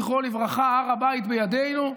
זכרו לברכה: "הר הבית בידינו",